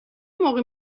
موقع